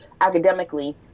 academically